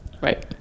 right